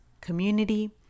community